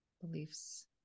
beliefs